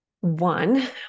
One